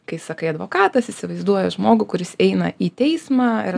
kai sakai advokatas įsivaizduoja žmogų kuris eina į teismą ir